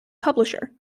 publisher